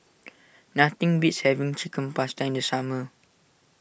nothing beats having Chicken Pasta in the summer